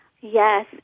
Yes